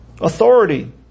authority